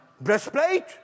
breastplate